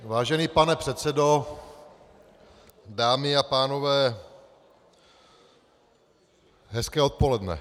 Vážený pane předsedo, dámy a pánové, hezké odpoledne.